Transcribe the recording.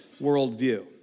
worldview